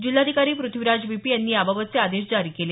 जिल्हाधिकारी प्रथ्वीराज बीपी यांनी याबाबतचे आदेश जारी केले